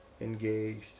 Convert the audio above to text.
engaged